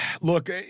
look